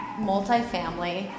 multifamily